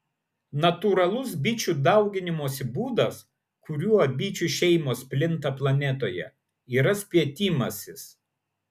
natūralus bičių dauginimosi būdas kuriuo bičių šeimos plinta planetoje yra spietimasis